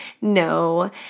No